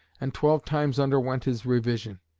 and twelve times underwent his revision.